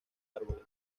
árboles